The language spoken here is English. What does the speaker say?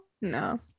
no